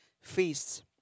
feasts